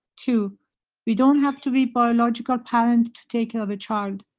two we don't have to be biological parent to take care of a child.